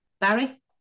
Barry